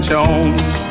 Jones